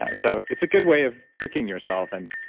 and so it's a good way of tricking yourself. and,